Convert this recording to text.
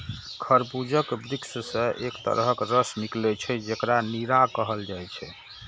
खजूरक वृक्ष सं एक तरहक रस निकलै छै, जेकरा नीरा कहल जाइ छै